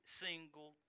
single